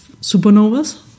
supernovas